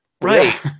Right